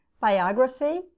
biography